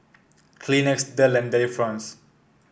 kleenex Dell and Delifrance